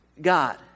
God